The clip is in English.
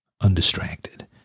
undistracted